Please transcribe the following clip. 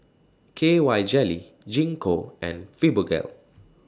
K Y Jelly Gingko and Fibogel